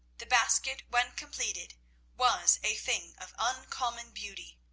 the basket when completed was a thing of uncommon beauty.